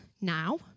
now